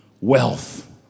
wealth